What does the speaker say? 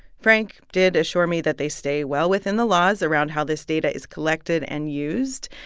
frank did assure me that they stay well within the laws around how this data is collected and used.